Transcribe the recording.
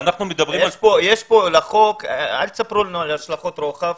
אל תספרו לנו על השלכות רוחב,